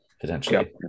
potentially